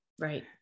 Right